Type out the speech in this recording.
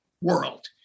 world